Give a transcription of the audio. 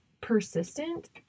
persistent